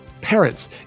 Parents